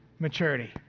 maturity